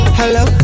hello